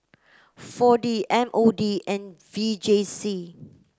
four D M O D and V J C